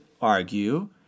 argue